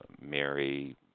Mary